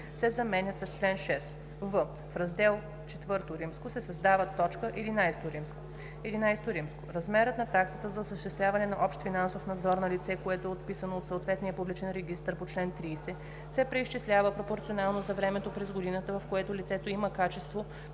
се заменят с „чл. 6“; в) в раздел IV се създава т. XI: „XI. Размерът на таксата за осъществяване на общ финансов надзор на лице, което е отписано от съответния публичен регистър по чл. 30, се преизчислява пропорционално за времето през годината, в което лицето има качество